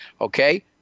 okay